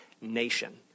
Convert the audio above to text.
nation